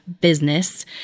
business